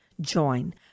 Join